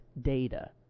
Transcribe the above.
data